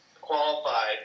qualified